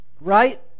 right